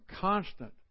constant